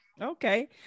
Okay